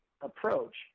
approach